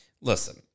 listen